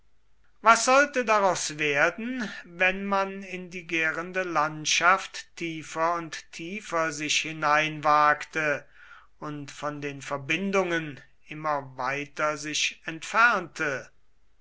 was sollte daraus werden wenn man in die gärende landschaft tiefer und tiefer sich hineinwagte und von den verbindungen immer weiter sich entfernte